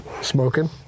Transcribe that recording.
smoking